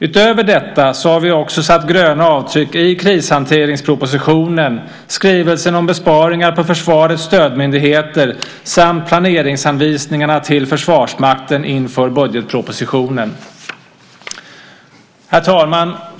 Utöver detta har vi också satt gröna avtryck i krishanteringspropositionen, skrivelsen om besparingar på försvarets stödmyndigheter samt planeringsanvisningarna till Försvarsmakten inför budgetpropositionen. Herr talman!